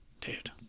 Dude